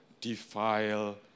defile